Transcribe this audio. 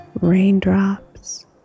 raindrops